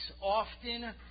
often